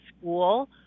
school